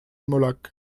molac